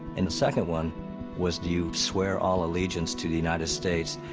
and the second one was, do you swear all allegiance to the united states,